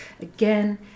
again